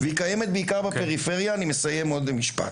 והיא קיימת בעיקר בפריפריה, אני מסיים עוד משפט.